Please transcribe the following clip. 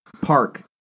park